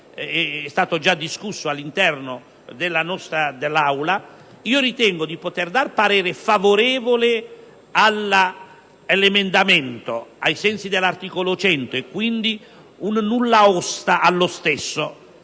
è stato già dibattuto all'interno dell'Aula, ritengo di poter esprimere parere favorevole all'emendamento, ai sensi dell'articolo 100, e quindi di dare un nulla osta allo stesso,